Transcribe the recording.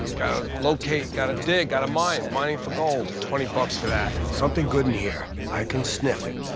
gotta locate, gotta dig, gotta mine. mining for gold. twenty bucks for that. something good in here. i can sniff it.